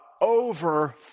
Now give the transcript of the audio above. over